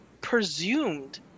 presumed